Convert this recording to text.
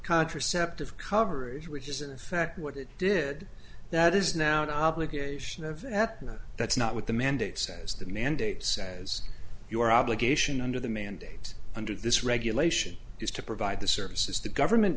contraceptive coverage which is in effect what it did that is now an obligation of that that's not what the mandate says the mandate says your obligation under the mandate under this regulation is to provide the services the government